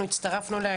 אנחנו הצטרפנו אליה.